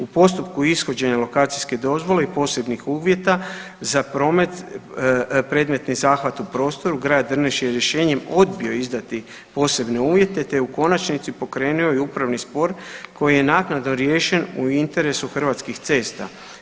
U postupku ishođenja lokacijske dozvole i posebnih uvjeta za promet, predmetni zahvat u prostoru Grad Drniš je rješenjem odbio izdati posebne uvjete te je u konačnici pokrenuo i upravni spor koji je naknadno riješen u interesu Hrvatskih cesta.